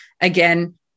again